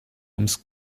ums